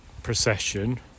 procession